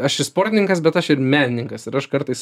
aš ir sportininkas bet aš ir menininkas ir aš kartais